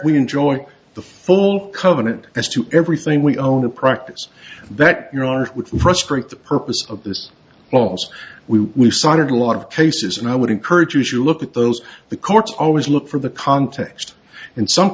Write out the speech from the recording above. we enjoy the full covenant as to everything we own a practice that your art would frustrate the purpose of this well so we started a lot of cases and i would encourage you to look at those the courts always look for the context in some